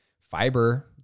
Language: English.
fiber